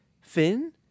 Finn